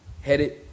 headed